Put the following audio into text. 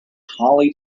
holly